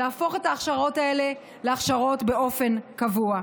להפוך את ההכשרות האלה להכשרות באופן קבוע.